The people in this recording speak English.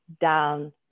down